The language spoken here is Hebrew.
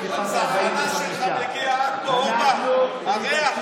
לפיכך, 45. הצחנה שלך מגיעה עד פה, אורבך.